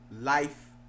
life